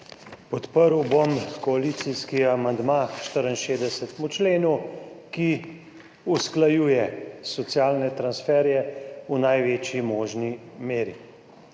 Podprl bom koalicijski amandma k 64. členu, ki usklajuje socialne transferje v največji možni meri.